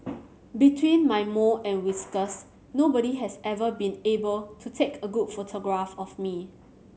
between my mole and whiskers nobody has ever been able to take a good photograph of me